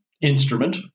instrument